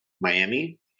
Miami